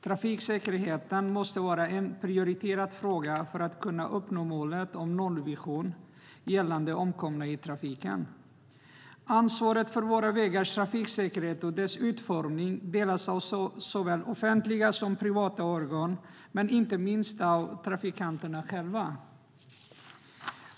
Trafiksäkerheten måste vara en prioriterad fråga för att vi ska kunna uppnå visionen om noll omkomna i trafiken. Ansvaret för våra vägars trafiksäkerhet och deras utformning delas av såväl offentliga som privata organ, och inte minst av trafikanterna själva.